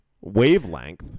wavelength